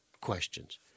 questions